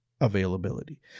availability